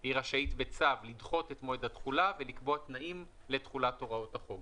היא רשאית בצו לדחות את מועד התחולה ולקבוע תנאים לתחולת הוראות החוק.